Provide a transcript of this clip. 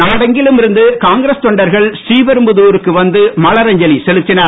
நாடெங்கிலும் இருந்து காங்கிரஸ் தொண்டர்கள் ஸ்ரீபெரும்புதாருக்கு வந்து மலர் அஞ்சலி செலுத்தினர்